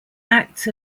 acts